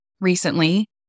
recently